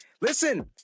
Listen